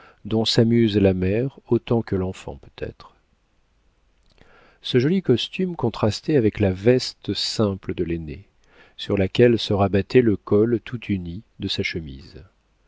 dont s'amuse la mère autant que l'enfant peut-être ce joli costume contrastait avec la veste simple de l'aîné sur laquelle se rabattait le col tout uni de sa chemise